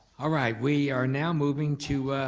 all right, we are now moving to